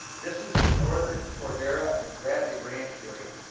this is the northern cordera and bradley ranch area.